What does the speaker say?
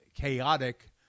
chaotic